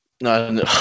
no